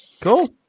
Cool